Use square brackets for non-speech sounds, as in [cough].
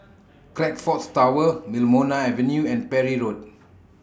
[noise] Crockfords Tower Wilmonar Avenue and Parry Road